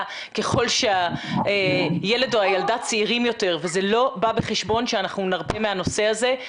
ככל שהילד או הילדה צעירים יותר וזה לא בא בחשבון שנרפה מהנושא הזה.